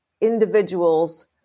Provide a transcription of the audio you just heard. individuals